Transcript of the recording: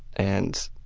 and